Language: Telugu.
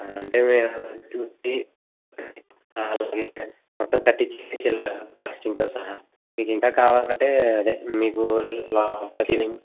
అంటే మేము చూసి మొత్తం కట్టించే కు వెళ్ళే ఖర్చులతో సహా మీకు ఇంకా కావాలంటే అదే మీకు లోపల సీలింగ్